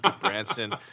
Branson